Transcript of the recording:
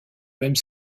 même